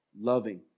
loving